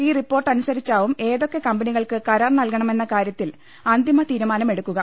ഈ റിപ്പോർട്ട് അനുസരിച്ചാവും ഏതൊക്കെ കമ്പനികൾക്ക് കരാർ നൽകണമെന്ന കാര്യത്തിൽ അന്തിമ തീരുമാനമെടുക്കുക